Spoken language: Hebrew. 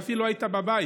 היא אפילו לא הייתה בבית.